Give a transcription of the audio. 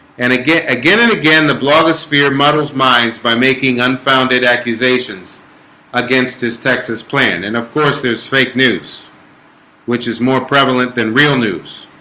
and again again and again the blogosphere muddles minds by making unfounded accusations against his texas plan and of course there's fake news which is more prevalent than real news?